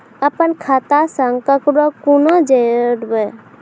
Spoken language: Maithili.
अपन खाता संग ककरो कूना जोडवै?